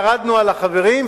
ירדנו על החברים,